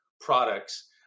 products